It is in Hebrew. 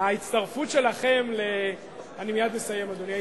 ההצטרפות שלכם, אני מייד מסיים, אדוני.